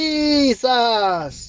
Jesus